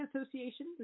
Association